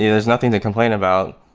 there's nothing to complain about,